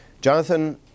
Jonathan